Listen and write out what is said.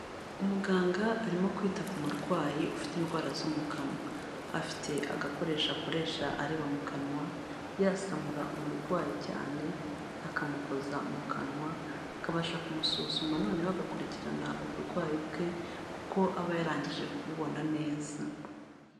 Umuganga arimo kwita ku murwayi ufite indwara zo mu kanwa, afite agakoresho akoresha areba mu kanwa yasamura umurwayi cyane akamukoza mu kanwa, akabasha kumusuzuma noneho agakurikirana uburwayi bwe kuko aba yarangije kububona neza.